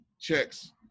checks